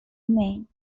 maine